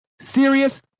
serious